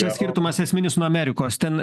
tas skirtumas esminis nuo amerikos ten